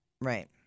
Right